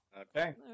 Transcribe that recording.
Okay